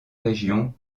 région